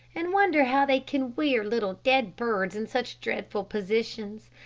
and wonder how they can wear little dead birds in such dreadful positions.